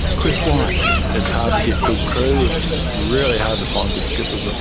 chris white it's hard to get good crew it's really hard to find good skippers and